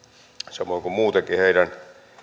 samoin kuin muutenkin heidän